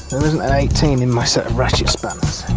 there isn't an eighteen mm in my set of ratchet spanners.